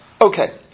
Okay